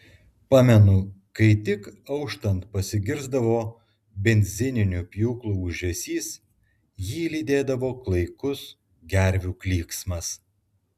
pamenu kai tik auštant pasigirsdavo benzininių pjūklų ūžesys jį lydėdavo klaikus gervių klyksmas